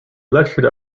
lectured